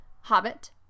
hobbit